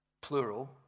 plural